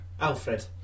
Alfred